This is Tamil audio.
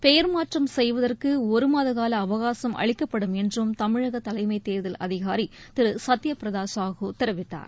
பெயர் மாற்றம் செய்வதற்கு ஒருமாத கால அவகாசம் அளிக்கப்படும் என்றும் தமிழக தலைமைத் தேர்தல் அதிகாரி திரு சத்யபிரதா சாஹூ தெரிவித்தார்